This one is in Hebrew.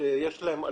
שיש להם עלויות.